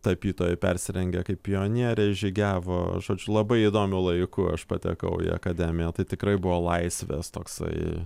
tapytojai persirengę kaip pionieriai žygiavo žodžiu labai įdomiu laiku aš patekau į akademiją tai tikrai buvo laisvės toksai